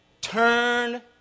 turn